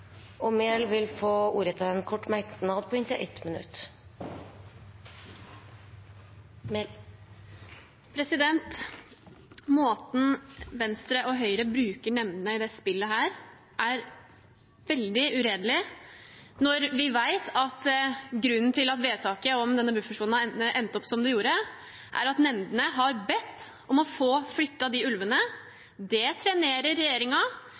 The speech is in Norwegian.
Mehl har hatt ordet to ganger tidligere og får ordet til en kort merknad, begrenset til 1 minutt. Måten Venstre og Høyre bruker nemndene på i dette spillet, er veldig uredelig når vi vet at grunnen til at vedtaket om buffersonen endte opp som det gjorde, er at nemndene har bedt om å få flyttet de ulvene. Det trenerer